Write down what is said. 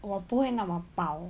我不会那么饱